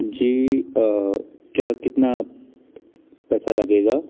जी क्या कितना पैसा लगेगा